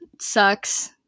sucks